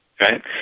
right